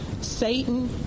Satan